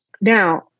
Now